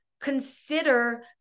consider